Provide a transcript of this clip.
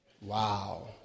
wow